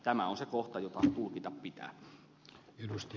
tämä on se kohta jota tulkita pitää